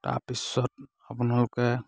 তাৰ পিছত আপোনালোকে